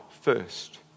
first